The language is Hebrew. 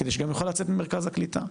כדי שגם יוכל לצאת ממרכז הקליטה.